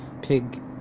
pig